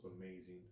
amazing